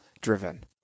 driven